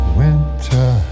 winter